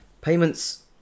Payments